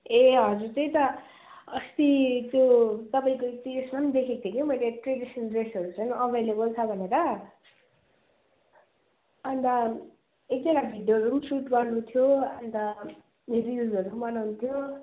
ए हजुर त्यही त अस्ति त्यो तपाईँको त्यो उइसमा पनि देखेको थिएँ कि मैले ट्रेडिसनल ड्रेसहरू चाहिँ अभाइलेबल छ भनेर अन्त एक दुईवटा भिडियोहरू पनि सुट गर्नु थियो अन्त रिल्जहरू पनि बनाउनु थियो